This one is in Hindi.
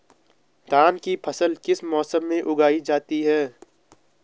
धान की फसल किस मौसम में उगाई जाती है?